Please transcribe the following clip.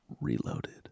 Reloaded